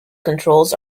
controls